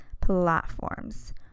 platforms